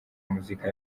muzika